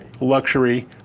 luxury